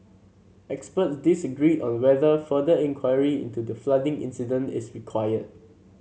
experts disagreed on whether further inquiry into the flooding incident is required